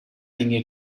dinge